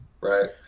right